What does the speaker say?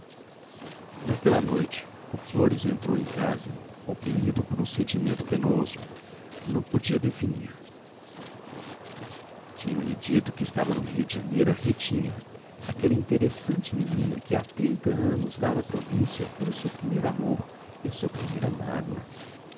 naquela noite o flores entrou em casa oprimido por um sentimento penoso que não podia definir tinham-lhe dito que estava no rio de janeiro a ritinha aquela interessante menina que há trinta anos lá na província fora o seu primeiro amor e a sua primeira mágoa